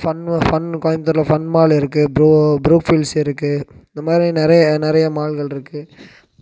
fun fun கோயம்புத்தூரில் fun mall இருக்குது புரூ புரூஃபிள்ஸ் இருக்குது இந்த மாதிரி நிறைய நிறைய மால்கள் இருக்குது